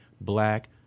black